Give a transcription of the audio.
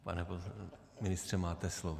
Pane ministře, máte slovo.